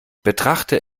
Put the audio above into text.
betrachte